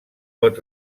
pot